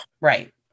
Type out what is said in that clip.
Right